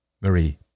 Marie